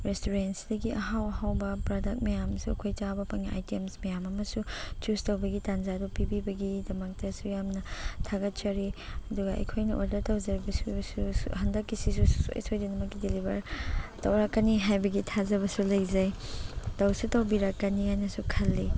ꯔꯦꯁꯇꯨꯔꯦꯟꯁꯤꯗꯒꯤ ꯑꯍꯥꯎ ꯑꯍꯥꯎꯕ ꯄ꯭ꯔꯗꯛ ꯃꯌꯥꯝꯁꯨ ꯑꯩꯈꯣꯏ ꯆꯥꯕ ꯐꯪꯉꯦ ꯑꯥꯏꯇꯦꯝꯁ ꯃꯌꯥꯝ ꯑꯃꯁꯨ ꯆꯨꯁ ꯇꯧꯕꯒꯤ ꯇꯟꯖꯥꯗꯨ ꯄꯤꯕꯤꯕꯒꯤꯗꯃꯛꯇꯁꯨ ꯌꯥꯝꯅ ꯊꯥꯒꯠꯆꯔꯤ ꯑꯗꯨꯒ ꯑꯩꯈꯣꯏꯅ ꯑꯣꯔꯗꯔ ꯇꯧꯖꯔꯤꯕ ꯍꯟꯗꯛꯀꯤꯁꯤꯁꯨ ꯁꯨꯡꯁꯣꯏ ꯁꯣꯏꯗꯅꯃꯛꯀꯤ ꯗꯤꯂꯤꯕꯔ ꯇꯧꯔꯛꯀꯅꯤ ꯍꯥꯏꯕꯒꯤ ꯊꯥꯖꯕꯁꯨ ꯂꯩꯖꯩ ꯇꯧꯁꯨ ꯇꯧꯕꯤꯔꯛꯀꯅꯦꯅꯁꯨ ꯈꯜꯂꯤ